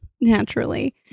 naturally